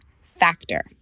Factor